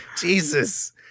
Jesus